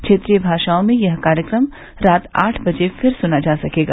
क्षेत्रीय भाषाओं में यह कार्यक्रम रात आठ बजे फिर सुना जा सकेगा